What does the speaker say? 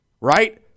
Right